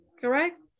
Correct